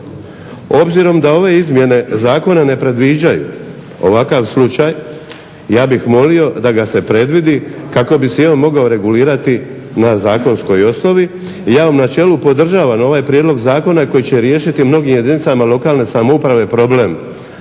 Obzirom da ove izmjene zakona ne predviđaju ovakav slučaj ja bih molio da ga se predvidi kako bi se i on mogao regulirati na zakonskoj osnovi. Ja u načelu podržavam ovaj prijedlog zakona koji će riješiti mnogim jedinicama lokalne samouprave problem